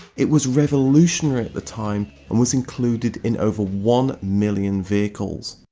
it was revolutionary at the time and was included in over one million vehicles.